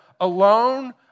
alone